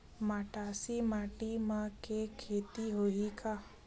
मटासी माटी म के खेती होही का?